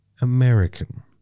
American